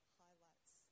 highlights